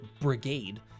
Brigade